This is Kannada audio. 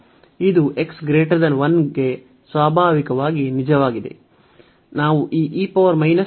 ಇದು x 1 ಗೆ ಸ್ವಾಭಾವಿಕವಾಗಿ ನಿಜವಾಗಿದೆ